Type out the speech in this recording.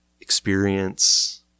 Experience